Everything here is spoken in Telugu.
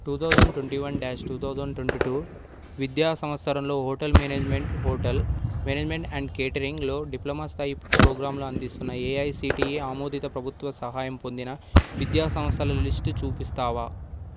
two thousand twenty one dash two thousand twenty two విద్యా సంవత్సరంలో hotel management hotel management and కేటరింగ్లో డిప్లొమా స్థాయి ప్రోగ్రాంలు అందిస్తున్న ఏఐసిటిఈ ఆమోదిత ప్రభుత్వ సహాయం పొందిన విద్యా సంస్థల లిస్టు చూపిస్తావా